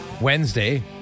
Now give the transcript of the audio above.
Wednesday